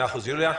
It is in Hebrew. יוליה מלינובסקי.